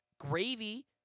gravy